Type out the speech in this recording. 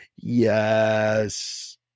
Yes